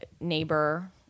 neighbor